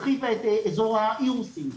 הרחיבה את אזור האירוסים.